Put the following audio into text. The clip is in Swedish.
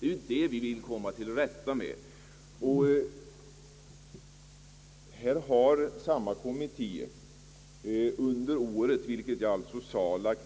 Det är detta vi vill komma till rätta med, och kommittén har under året, vilket jag sade,